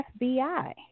FBI